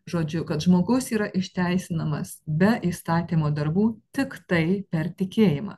žodžiu kad žmogus yra išteisinamas be įstatymo darbų tiktai per tikėjimą